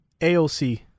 AOC